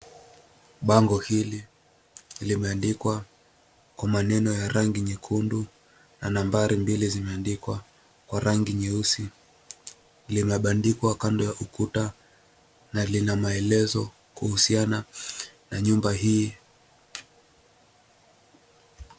Bango hili limeandikwa kwa maneno ya rangi nyekundu na nambari mbili zimeandikwa kwa rangi nyeusi. Limebandikwa kando ya ukuta na lina maelezo kuhusiana na nyumba hii.